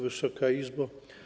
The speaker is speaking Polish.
Wysoka Izbo!